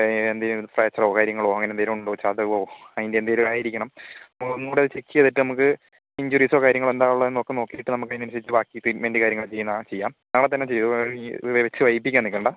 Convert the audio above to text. എന്തേലും ഫ്രാക്ച്ചറോ കാര്യങ്ങളോ അങ്ങനെന്തേലും ഉണ്ടോ ചതവോ അതിൻ്റെ എന്തേലും ആയിരിക്കണം ഒന്നൂടെ ചെക്ക് ചെയ്തിട്ട് നമുക്ക് ഇഞ്ചുറീസോ കാര്യങ്ങളോ എന്താ ഉള്ളതെന്നൊക്കെ നോക്കീട്ട് നമുക്കതിനനുസരിച്ച് ബാക്കി ട്രീറ്റ്മെന്റ് കാര്യങ്ങള് ചെയ്യുന്നെയാണെൽ ചെയ്യാം നാളെ തന്നെ ചെയ്തോ വെച്ച് വൈകിപ്പിക്കാൻ നിൽക്കണ്ട